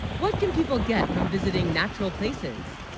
what can, people get from visiting natural places